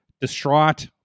distraught